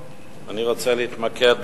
ואני רוצה להתמקד,